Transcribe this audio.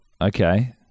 okay